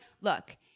look